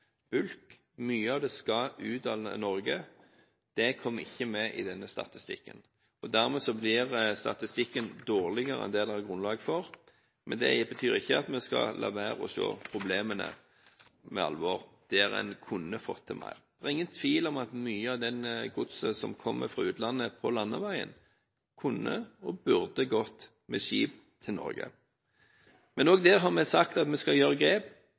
bulk. Mye av det skal ut av Norge. Det kommer ikke med i denne statistikken, og dermed blir statistikken dårligere enn det det er grunnlag for, men det betyr ikke at vi skal la være å se på problemene med alvor, der hvor en kunne fått til mer. Det er ingen tvil om at mye av det godset som kommer fra utlandet på landeveien, kunne og burde gått med skip til Norge, men òg der har vi sagt at vi skal ta grep.